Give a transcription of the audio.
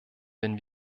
wenn